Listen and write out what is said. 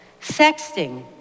Sexting